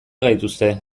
gaituzte